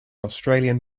australian